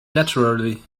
naturally